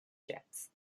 jets